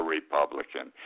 Republican